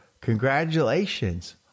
Congratulations